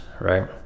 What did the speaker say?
right